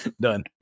Done